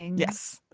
yes.